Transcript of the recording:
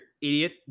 idiot